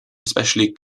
especially